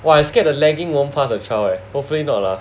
!wah! I scared the lagging won't pass the trial leh hopefully not lah